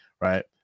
right